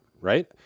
right